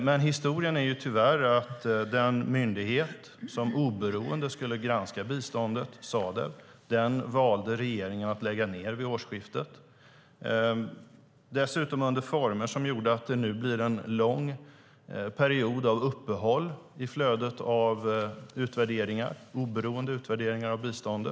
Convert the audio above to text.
Men historien är tyvärr att regeringen valde att vid årsskiftet lägga ned den myndighet, Sadev, som oberoende skulle granska biståndet. Detta skedde dessutom under former som gör att det nu blir en lång period av uppehåll i flödet av oberoende utvärderingar av biståndet.